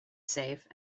safe